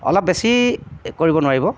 অলপ বেছি কৰিব নোৱাৰিব